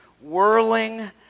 whirling